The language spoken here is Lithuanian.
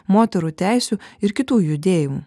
moterų teisių ir kitų judėjimų